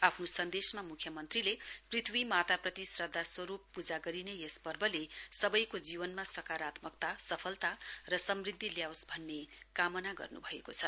आफ्नो सन्देशमा मुख्यमन्त्रीले पृथ्वी माताप्रति श्रद्धास्वरूप पूजा गरिने यस पर्वले सबैको जीवनमा सकारात्मकता सफलता र समृद्धि ल्याओस् भन्ने कामना गर्न्भएको छ